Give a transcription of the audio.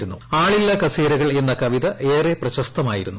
ആളില്ലാ കസേരകൾ എന്ന കവിത ഏറെ പ്രശസ്തമായിരുന്നു